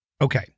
Okay